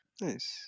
Nice